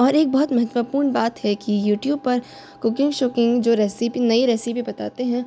और एक बहुत महत्वपूर्ण बात है कि यूट्यूब पर कुकिंग शुकिंग जो रेसपी नई रेसपी बताते हैं